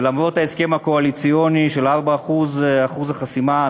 ולמרות ההסכם הקואליציוני על 4% חסימה,